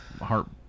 heart